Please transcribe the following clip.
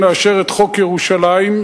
נאשר את חוק ירושלים,